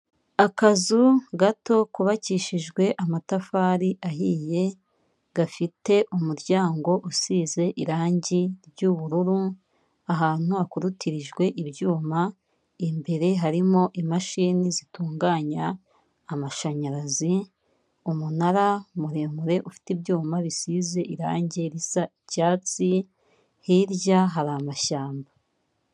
Akazu gato kubakishijwe amatafari ahiye, gafite umuryango usize irangi ry'ubururu, ahantu hakorutirijwe ibyuma, imbere harimo imashini zitunganya amashanyarazi, umunara muremure ufite ibyuma bisize irangi risa icyatsi, hirya hari amashyamba.